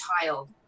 child